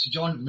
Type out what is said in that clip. John